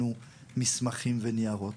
לא צריכים להביא לנו מסמכים וניירות.